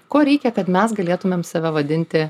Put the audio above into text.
ko reikia kad mes galėtumėm save vadinti